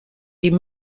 die